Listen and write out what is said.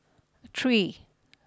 three